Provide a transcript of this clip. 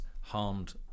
harmed